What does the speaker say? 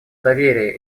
доверие